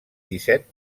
disset